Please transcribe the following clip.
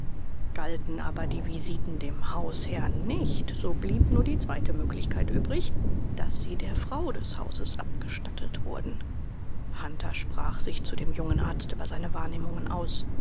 galten aber die visiten dem hausherrn nicht so blieb nur die zweite möglichkeit übrig daß sie der frau des hauses abgestattet wurden hunter sprach sich zu dem jungen arzt über seine wahrnehmungen aus